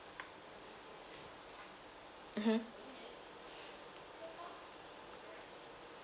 mmhmm